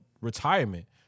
retirement